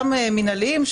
גם מינהליים,